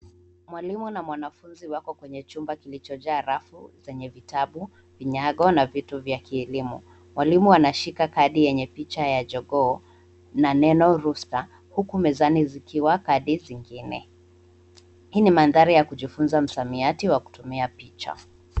Mwalinu na mwanafunzi wako kwenye chumba kilicho jaa rafu zenye vitabu, vinyago na vitu vya kielimu. Mwalimu anashika kadi yenye picha ya jogoo na neno Rusta huku mezani zikiwa kadi zingine. Hii ni mandhari ya kujifunza msamiati wa kutumia picha.